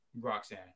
Roxanne